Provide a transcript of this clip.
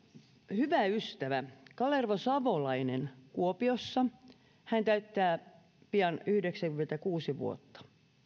hyvä ystävä kalervo savolainen kuopiossa hän täyttää pian yhdeksänkymmentäkuusi vuotta